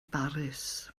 baris